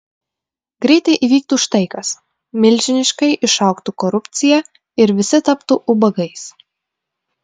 greitai įvyktų štai kas milžiniškai išaugtų korupcija ir visi taptų ubagais